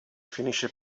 finisce